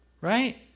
Right